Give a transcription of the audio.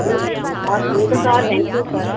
हुन्छ हस् हुन्छ सर थ्याङ्कयू सर